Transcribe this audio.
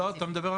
לא, לא.